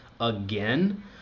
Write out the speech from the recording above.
again